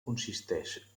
consisteix